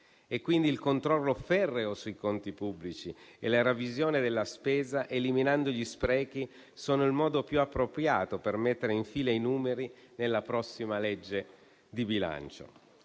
Quindi il controllo ferreo sui conti pubblici e la revisione della spesa, eliminando gli sprechi, sono il modo più appropriato per mettere in fila i numeri nella prossima legge di bilancio.